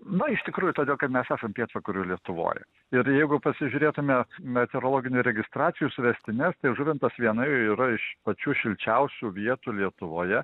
na iš tikrųjų todėl kad mes esam pietvakarių lietuvoj ir jeigu pasižiūrėtume meteorologinių registracijos suvestines tai žuvintas viena yra iš pačių šilčiausių vietų lietuvoje